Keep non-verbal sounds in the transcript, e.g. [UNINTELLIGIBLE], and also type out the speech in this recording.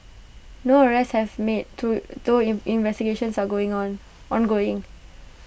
no arrests have made to though [UNINTELLIGIBLE] investigations are going on ongoing